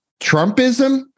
trumpism